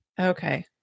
Okay